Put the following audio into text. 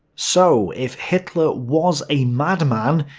so if hitler was a madman,